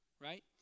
right